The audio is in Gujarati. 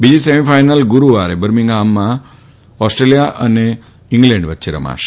બીજી સેમીફાઇનલ ગુરૂવારે બરમગફામમાં ઓસ્ટ્રેલિયા અને છંગ્લેન્ડ વચ્ચે રમાશે